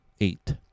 Eight